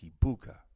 Kibuka